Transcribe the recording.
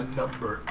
number